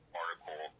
article